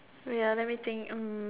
ya let me think um